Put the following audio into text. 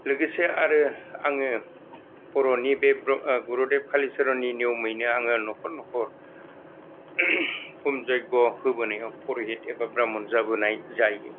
लोगोसे आरो आङो बर'नि बे गुरुदेब कालिचरननि नियमैनो आङो न'खर न'खर हम जग्य होबोनायाव पुरहित एबा ब्राह्मन जाबोनाय जायो